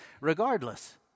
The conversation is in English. regardless